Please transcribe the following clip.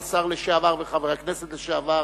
השר לשעבר וחבר הכנסת לשעבר